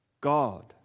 God